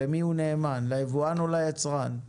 למי הוא נאמן ליבואן או ליצרן?